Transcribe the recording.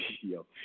yo